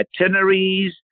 itineraries